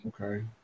Okay